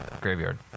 graveyard